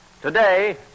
Today